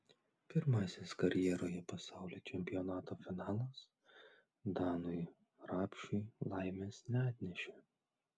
pirmasis karjeroje pasaulio čempionato finalas danui rapšiui laimės neatnešė